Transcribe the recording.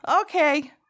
okay